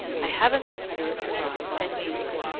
i haven't the spirit to rise and meet it.